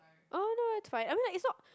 orh no it's fine I mean like it's not